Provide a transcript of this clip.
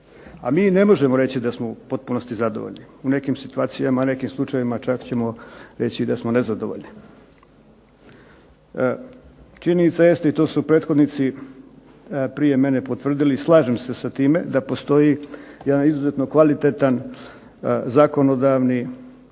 A mi ne možemo reći da smo u potpunosti zadovoljni. U nekim situacijama, u nekim slučajevima čak ćemo reći da smo nezadovoljni. Činjenica jeste i to su prethodnici prije mene potvrdili i slažem se sa time da postoji jedan izuzetno kvalitetan zakonodavni,